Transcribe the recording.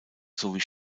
sowie